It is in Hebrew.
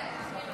אולי תשאל אם